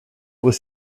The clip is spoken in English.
was